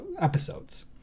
episodes